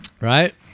Right